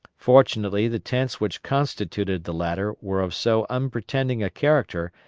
fortunately the tents which constituted the latter were of so unpretending a character,